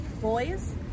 boys